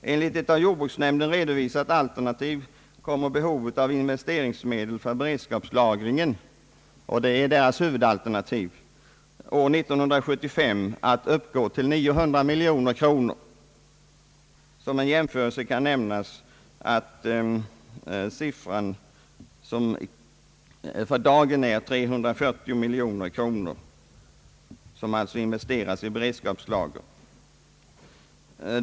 Enligt det av jordbruksnämnden redovisade huvudalternativet kommer behovet av investeringsmedel för beredskapslagring år 1975 att uppgå till 900 miljoner kronor. Som en jämförelse kan nämnas att siffran för dagen är 340 miljoner kronor.